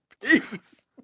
Peace